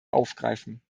aufgreifen